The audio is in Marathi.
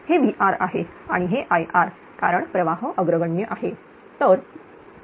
हे VR आहे आणि हे Ir कारण प्रवाह अग्रगण्य आहे